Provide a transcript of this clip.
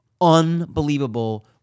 unbelievable